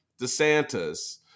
DeSantis